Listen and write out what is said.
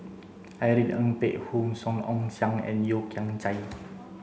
Irene Ng Phek Hoong Song Ong Siang and Yeo Kian Chai